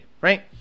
right